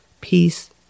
peace